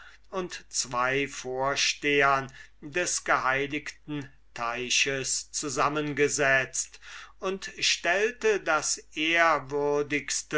und zween vorstehern des geheiligten teiches zusammengesetzt und stellte das ehrwürdigste